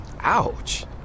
Ouch